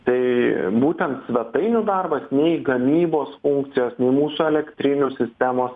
tai būtent svetainių darbas nei gamybos funkcijos nei mūsų elektrinių sistemos